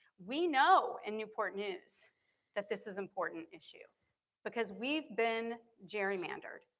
we know in newport news that this is important issue because we've been gerrymandered.